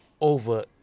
over